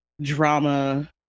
drama